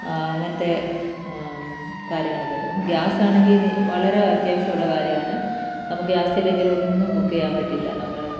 അങ്ങനത്തെ കാര്യങ്ങളൊക്കെ ചെയ്യും ഗ്യാസാണെങ്കിൽ വളരെ അത്യാവശ്യമുള്ള കാര്യമാണ് നമുക്ക് ഗ്യാസില്ലെങ്കിലൊന്നും കുക്ക് ചെയ്യാൻ പറ്റില്ല നമ്മൾ